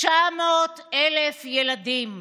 900,000 ילדים.